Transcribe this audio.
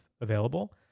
available